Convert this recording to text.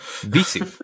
Visu